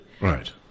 Right